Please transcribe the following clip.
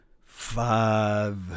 five